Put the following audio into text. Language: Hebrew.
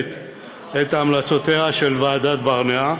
מעגנת את המלצותיה של ועדת ברנע,